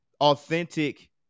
authentic